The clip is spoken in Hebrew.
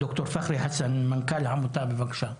ד"ר פח'רי חסן, מנכ"ל העמותה, בבקשה.